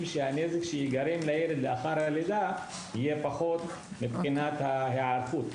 שהנזק שייגרם לילד לאחר הלידה יהיו פחותים מבחינת ההיערכות.